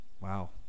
wow